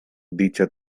dicha